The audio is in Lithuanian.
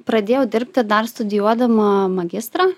pradėjau dirbti dar studijuodama magistrą